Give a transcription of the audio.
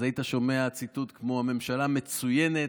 אז היית שומע ציטוט כמו: הממשלה מצוינת,